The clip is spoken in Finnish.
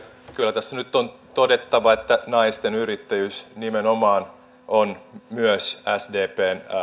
kyllä tässä nyt on todettava että naisten yrittäjyys nimenomaan on myös sdpn